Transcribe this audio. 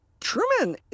Truman